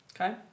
Okay